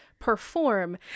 perform